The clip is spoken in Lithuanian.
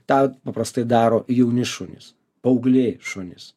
tą paprastai daro jauni šunys paaugliai šunys